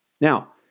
Now